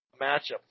matchup